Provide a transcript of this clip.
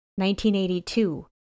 1982